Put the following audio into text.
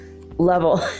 level